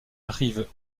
rive